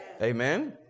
Amen